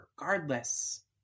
regardless